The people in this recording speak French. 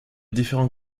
différents